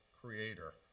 creator